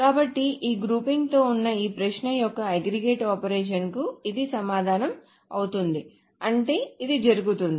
కాబట్టి ఈ గ్రూపింగ్ తో ఉన్న ఈ ప్రశ్న యొక్క అగ్రిగేట్ ఆపరేషన్ కు ఇది సమాధానం అవుతుంది అంటే అది జరిగుతుంది